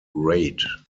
raid